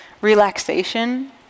relaxation